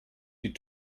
die